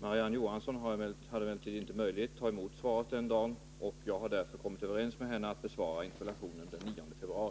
Marie-Ann Johansson hade emellertid inte möjlighet att ta emot svaret den dagen. Jag har därför kommit överens med henne att besvara interpellationen den 9 februari.